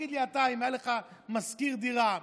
תגיד לי אתה, אם היה לך שוכר דירה,